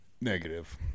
Negative